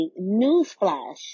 newsflash